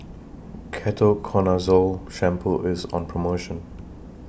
Ketoconazole Shampoo IS on promotion